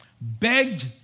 begged